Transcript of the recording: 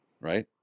right